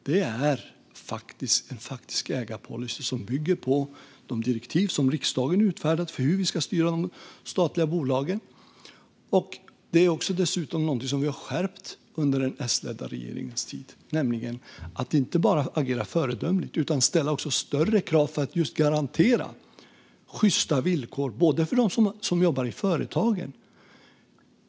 Det är en faktisk ägarpolicy som bygger på de direktiv som riksdagen utfärdat för hur vi ska styra de statliga bolagen. Det är dessutom någonting som vi har skärpt under den S-ledda regeringens tid. Man ska inte bara agera föredömligt utan också ställa större krav för att garantera sjysta villkor för dem som jobbar i företagen.